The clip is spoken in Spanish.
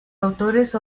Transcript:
autores